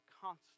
constant